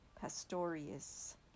pastorius